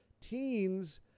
teens